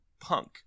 punk